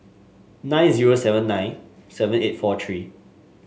nine zero seven nine seven eight four three